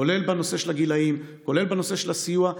כולל בנושא של הגילאים וכולל בנושא של הסיוע.